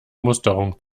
musterung